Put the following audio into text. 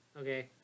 okay